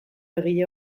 egile